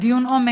עם דיון עומק,